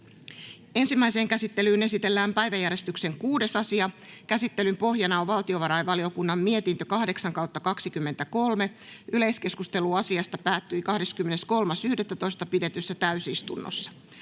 Ensimmäiseen käsittelyyn esitellään päiväjärjestyksen 4. asia. Käsittelyn pohjana on valtiovarainvaliokunnan mietintö VaVM 6/2023 vp. Yleiskeskustelu asiasta päättyi 22.11.2023 pidetyssä täysistunnossa.